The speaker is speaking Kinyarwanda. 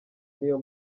niyo